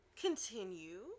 Continue